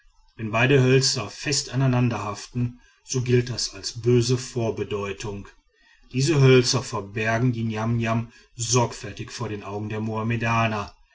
wenn beide hölzer fest aneinanderhaften so gilt das als böse vorbedeutung diese hölzer verbergen die niamniam sorgfältig vor den augen der mohammedaner